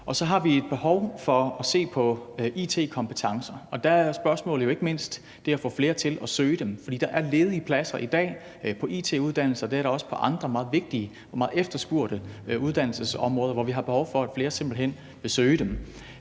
Så har vi et behov for at se på it-kompetencer, og der er det jo ikke mindst et spørgsmål om at få flere til at søge de uddannelser, for der er ledige pladser i dag på it-uddannelserne, og det er der også på andre meget vigtige og meget efterspurgte uddannelsesområder, hvor vi har behov for at flere simpelt hen vil søge ind.